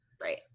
Right